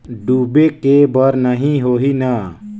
डूबे के बर नहीं होही न?